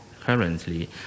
Currently